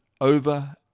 over